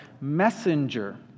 messenger